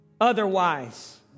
Otherwise